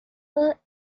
per